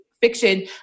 fiction